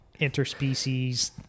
interspecies